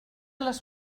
les